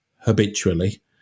habitually